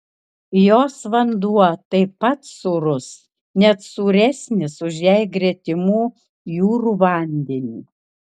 jos vanduo taip pat sūrus net sūresnis už jai gretimų jūrų vandenį